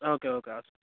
okay okay okay